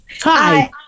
Hi